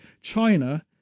china